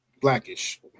blackish